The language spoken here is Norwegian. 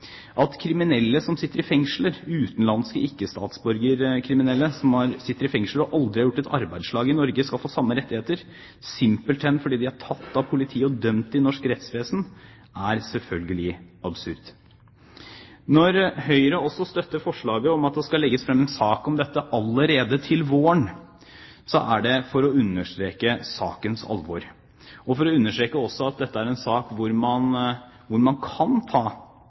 At kriminelle utenlandske statsborgere som sitter i fengsel og aldri har gjort et arbeidsslag i Norge, skal få samme rettigheter simpelthen fordi de er tatt av politiet og dømt i norsk rettsvesen, er selvfølgelig absurd. Når Høyre også støtter forslaget om at det skal legges fram en sak om dette allerede til våren, er det for å understreke sakens alvor og at dette er en sak der man kan ta raske avgjørelser – og der man bør ta